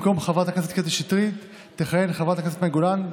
במקום חברת הכנסת קטי שטרית תכהן חברת הכנסת מאי גולן.